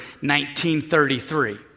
1933